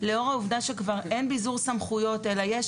לאור העובדה שכבר אין ביזור סמכויות אלא יש